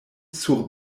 sur